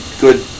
good